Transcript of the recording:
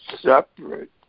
separate